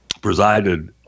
presided